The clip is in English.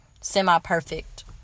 semi-perfect